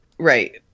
Right